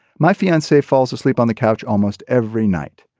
my fiancee falls asleep on the couch almost every night.